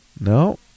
No